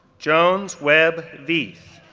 jones webb veith,